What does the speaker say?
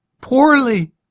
Poorly